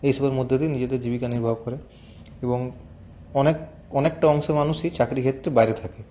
এইসবের মধ্যে দিয়ে নিজেদের জীবিকা নির্বাহ করে এবং অনেক অনেকটা অংশের মানুষই চাকরিক্ষেত্রে বাইরে থাকে